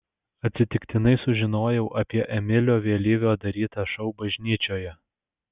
atsitiktinai sužinojau apie emilio vėlyvio darytą šou bažnyčioje